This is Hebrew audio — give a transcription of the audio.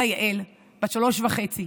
אלה יעל, בת שלוש וחצי,